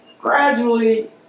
gradually